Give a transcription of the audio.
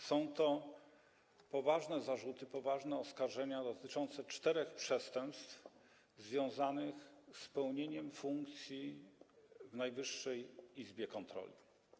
Są to poważne zarzuty, poważne oskarżenia dotyczące czterech przestępstw związanych z pełnieniem funkcji w Najwyższej Izbie Kontroli.